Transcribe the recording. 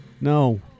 No